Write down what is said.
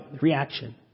reaction